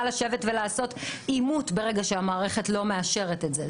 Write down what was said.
לשבת ולעשות אימות ברגע שהמערכת לא מאשרת את זה,